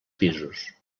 pisos